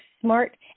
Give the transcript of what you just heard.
smart